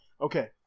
Okay